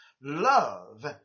love